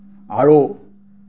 আৰু